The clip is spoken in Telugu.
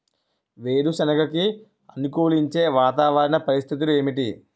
వేరుసెనగ కి అనుకూలించే వాతావరణ పరిస్థితులు ఏమిటి?